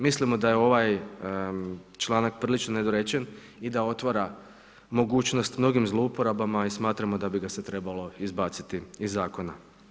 Mislimo da je ovaj članak prilično nedorečen i da otvara mogućnost mnogim zlouporabama i smatramo da bi ga se trebalo izbaciti iz zakona.